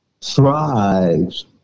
thrives